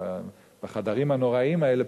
בחדרים הנוראיים האלה,